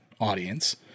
audience